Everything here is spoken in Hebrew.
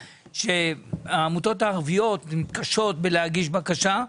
שהעמותות הערביות מתקשות להגיש בקשה,